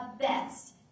best